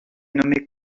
nommé